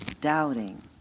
doubting